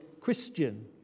Christian